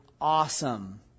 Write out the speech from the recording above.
awesome